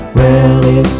rarely